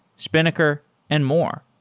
spinnaker and more.